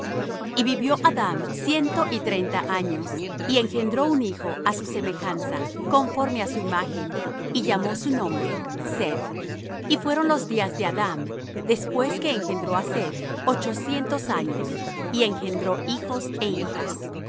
y vivió adam ciento y treinta años y engendró un hijo á su semejanza conforme á su imagen y llamó su nombre seth y fueron los días de adam después que engendró á seth ochocientos años y engendró hijos é hijas